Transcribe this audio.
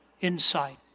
Insight